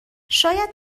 شاید